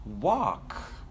walk